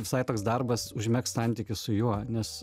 visai toks darbas užmegzt santykius su juo nes